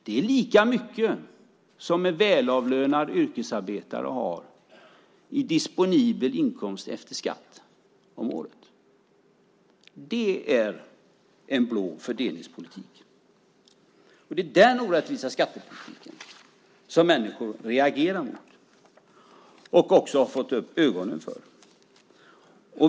Det är lika mycket som en välavlönad yrkesarbetare har i disponibel inkomst efter skatt om året. Det är en blå fördelningspolitik. Det är den orättvisa skattepolitiken som människor reagerar mot och har fått upp ögonen för.